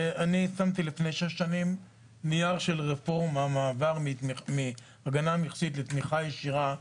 אני שמתי לפני שש שנים נייר של רפורמה מהמעבר מהגנה מכסית לתמיכה ישירה,